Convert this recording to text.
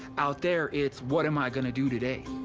out there it's what am i gonna do today?